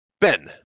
Ben